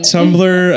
Tumblr